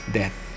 death